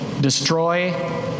destroy